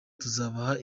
tuzabaha